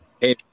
Hey